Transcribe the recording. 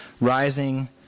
rising